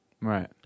Right